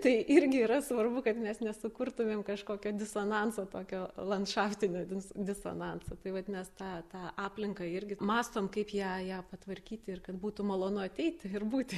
tai irgi yra svarbu kad mes nesukurtumėm kažkokio disonanso tokio landšaftinio dis disonanso tai vat mes tą tą aplinką irgi mąstom kaip ją ją patvarkyti ir kad būtų malonu ateiti ir būti